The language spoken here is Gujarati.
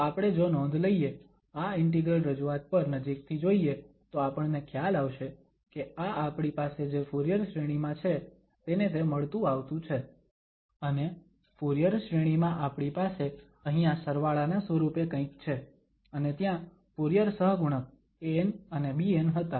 તો આપણે જો નોંધ લઈએ આ ઇન્ટિગ્રલ રજૂઆત પર નજીકથી જોઈએ તો આપણને ખ્યાલ આવશે કે આ આપણી પાસે જે ફુરીયર શ્રેણી માં છે તેને તે મળતું આવતું છે અને ફુરીયર શ્રેણી માં આપણી પાસે અહીંયા સરવાળાના સ્વરુપે કંઈક છે અને ત્યાં ફુરીયર સહગુણક an અને bn હતા